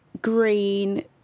green